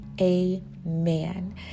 amen